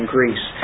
Greece